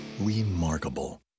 Remarkable